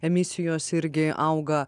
emisijos irgi auga